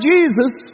Jesus